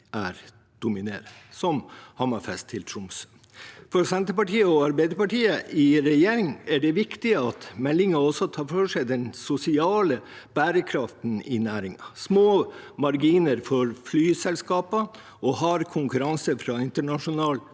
er dominerende – som Hammerfest–Tromsø. For Senterpartiet og Arbeiderpartiet i regjering er det viktig at meldingen også tar for seg den sosiale bærekraften i næringen. Små marginer for flyselskapene og hard konkurranse fra internasjonale